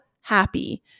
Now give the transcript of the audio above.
happy